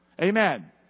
Amen